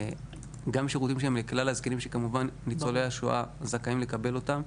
גם שירותים שהם לכלל הזקנים וכמובן שניצולי השואה זכאים לקבל אותם,